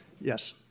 Yes